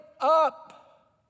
up